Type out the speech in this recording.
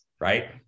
right